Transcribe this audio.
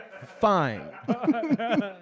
Fine